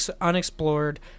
unexplored